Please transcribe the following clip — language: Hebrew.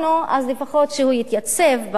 אז לפחות שהוא יתייצב במליאה,